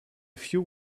few